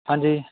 ਹਾਂਜੀ